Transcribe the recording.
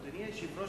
אדוני היושב-ראש,